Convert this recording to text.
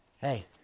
Hey